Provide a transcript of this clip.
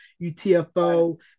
UTFO